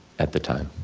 at the time.